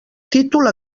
títol